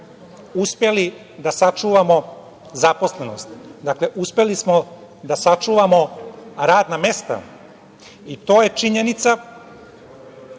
uspeli da sačuvamo zaposlenost, dakle uspeli smo da sačuvamo radna mesta i to je činjenica